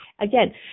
Again